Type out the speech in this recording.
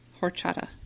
Horchata